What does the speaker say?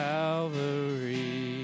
Calvary